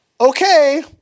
okay